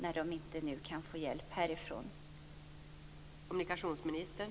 Härifrån kan de tydligen inte få hjälp.